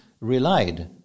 relied